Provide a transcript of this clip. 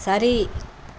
சரி